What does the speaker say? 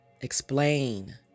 explain